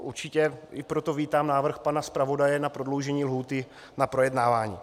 Určitě i proto vítám návrh pana zpravodaje na prodloužení lhůty k projednávání.